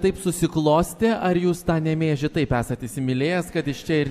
taip susiklostė ar jūs tą nemėžį taip esat įsimylėjęs kad iš čia ir